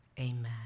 Amen